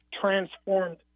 transformed